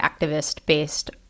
activist-based